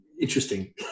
Interesting